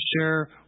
share